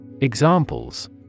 Examples